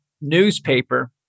newspaper